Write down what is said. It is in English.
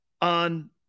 on